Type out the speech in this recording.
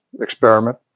experiment